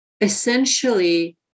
essentially